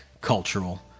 Cultural